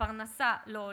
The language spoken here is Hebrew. ופרנסה לא הולמת,